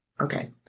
Okay